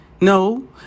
No